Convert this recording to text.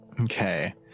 Okay